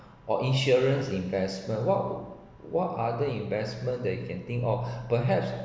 or insurance investment what what other investment that you can think or perhaps